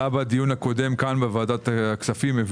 כאן בוועדת הכספים.